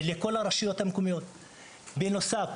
בנוסף,